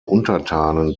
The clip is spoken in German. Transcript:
untertanen